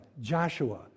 Joshua